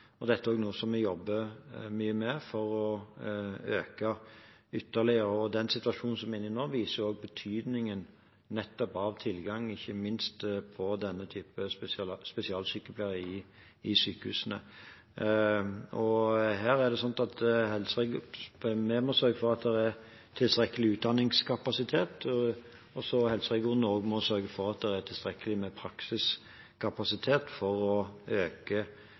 Dette er noe vi jobber mye med for å øke ytterligere. Den situasjonen vi er inne i nå, viser også betydningen nettopp av tilgang ikke minst på denne type spesialsykepleiere i sykehusene. Her er det sånn at vi må sørge for at det er tilstrekkelig utdanningskapasitet, og så må helseregionene sørge for at det er tilstrekkelig med praksiskapasitet for å øke